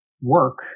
work